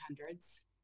hundreds